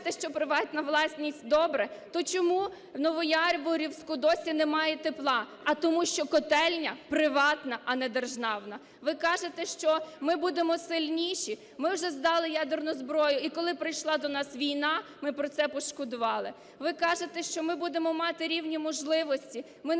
Ви кажете, що приватна власність – добре. То чому в Новояворівську досі немає тепла? А тому що котельня приватна, а не державна. Ви кажете, що ми будемо сильніші. Ми вже здали ядерну зброю. І коли прийшла до нас війна, ми про це пошкодували. Ви кажете, що ми будемо мати рівні можливості. Ми не